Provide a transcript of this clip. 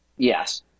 Yes